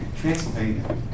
Transylvania